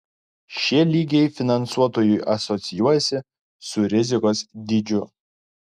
šie lygiai finansuotojui asocijuojasi su rizikos dydžiu